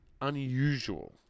unusual